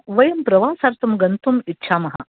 वयं प्रवासार्थं गन्तुम् इच्छामः